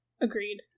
Agreed